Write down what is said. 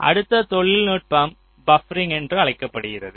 அடுத்த நுட்பம் பபரிங் என்று அழைக்கப்படுகிறது